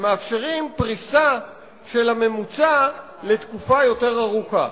ומאפשרים פריסה של הממוצע לתקופה יותר ארוכה.